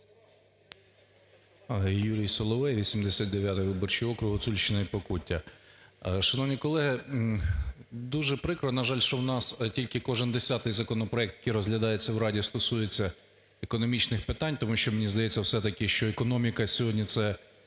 Юрій Соловей, 89-й виборчий округ, Гуцульщина і Покуття. Шановні колеги, дуже прикро, на жаль, що в нас тільки кожен десятий законопроект, який розглядається в Раді, стосується економічних питань, тому що, мені здається все-таки, що економіка сьогодні це